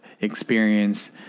experience